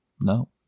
no